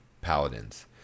Paladins